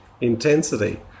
intensity